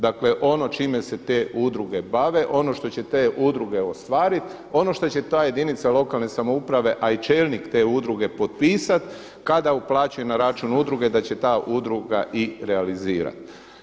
Dakle ono čime se te udruge bave, ono što će te udruge ostvariti, ono šta će ta jedinica lokalne samouprave, a i čelnik te udruge potpisat kada uplaćuje na račun udruge da će ta udruga i realizirati.